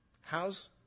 How's